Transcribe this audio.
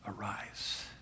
arise